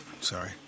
Sorry